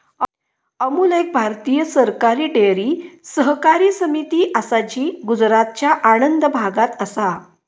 अमूल एक भारतीय सरकारी डेअरी सहकारी समिती असा जी गुजरातच्या आणंद भागात असा